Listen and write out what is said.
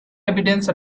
evidence